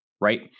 right